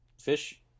fish